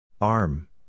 Arm